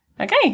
Okay